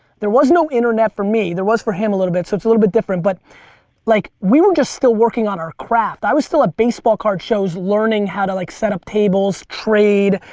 there was no internet for me there was for him a little bit, so it's a little bit different, but like we were just working on our craft. i was still at baseball card shows learning how to like set up tables, trade,